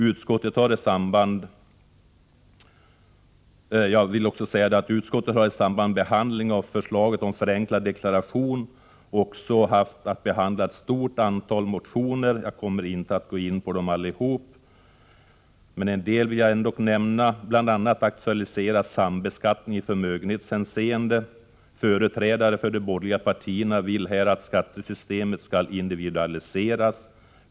Utskottet har i samband med behandlingen av förslaget om förenklad självdeklaration också haft att behandla ett stort antal motioner. Jag kommer inte att gå in på alla dessa, men jag vill gärna nämna några. Bl. a. aktualiseras sambeskattningen i förmögenhetshänseende. Företrädarna för de borgerliga partierna vill här att skattesystemet skall individualiseras.